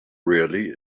really